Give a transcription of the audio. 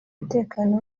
umutekano